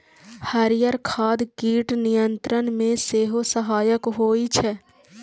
हरियर खाद कीट नियंत्रण मे सेहो सहायक होइ छै